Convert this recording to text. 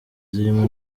zirimo